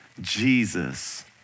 Jesus